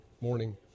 Morning